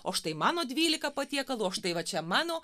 o štai mano dvylika patiekalų o štai va čia mano